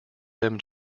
them